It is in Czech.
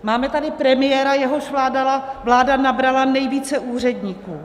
Máme tady premiéra, jehož vláda nabrala nejvíce úředníků.